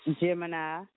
Gemini